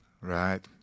Right